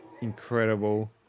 incredible